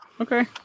Okay